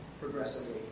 progressively